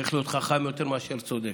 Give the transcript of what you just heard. צריך להיות חכם יותר מאשר צודק.